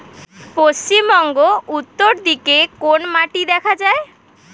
পশ্চিমবঙ্গ উত্তর দিকে কোন মাটি দেখা যায়?